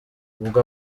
ubwo